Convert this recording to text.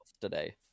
today